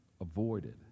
avoided